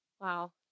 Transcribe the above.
Wow